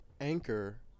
Anchor